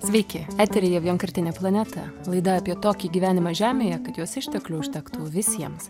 sveiki eteryje vienkartinė planeta laida apie tokį gyvenimą žemėje kad jos išteklių užtektų visiems